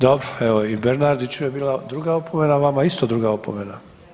Dobro, evo i Bernardiću je bila druga opomena, vama isto druga opomena.